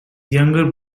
younger